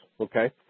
okay